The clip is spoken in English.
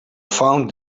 found